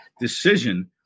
decision